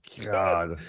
God